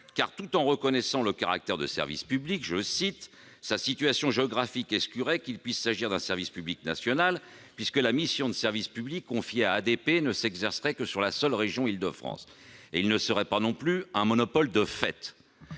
car tout en reconnaissant le caractère de service public d'ADP, il énonce que sa situation géographique exclurait qu'il puisse s'agir d'un service public national, puisque la mission de service public confiée à ADP ne s'exercerait que sur la seule région d'Île-de-France. Il ne serait pas non plus un monopole de fait.